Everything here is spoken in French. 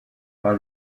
par